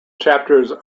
chapters